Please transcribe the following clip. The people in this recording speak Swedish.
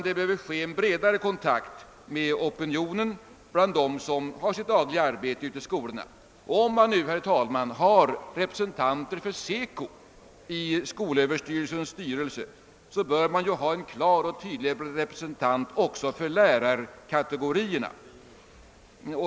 Det behöver åstadkommas en bredare kontakt med opinionen bland, dem som har sitt dagliga arbete ute i skolorna. Om man har representanter för SECO i SÖ:s styrelse, bör det där finnas en klar representant också för lärarkategorierna.